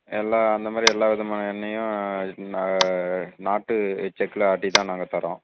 எல்லாம் அந்த மாதிரி எல்லா விதமான எண்ணெயும் இருக்குது நாங்கள் நாட்டு செக்கில் ஆட்டி தான் நாங்கள் தரோம்